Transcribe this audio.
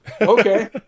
okay